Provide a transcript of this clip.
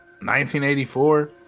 1984